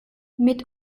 mit